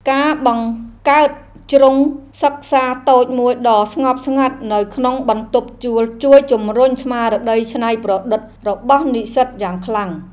ការបង្កើតជ្រុងសិក្សាតូចមួយដ៏ស្ងប់ស្ងាត់នៅក្នុងបន្ទប់ជួលជួយជម្រុញស្មារតីច្នៃប្រឌិតរបស់និស្សិតយ៉ាងខ្លាំង។